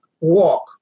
walk